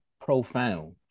profound